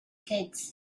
kids